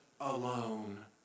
alone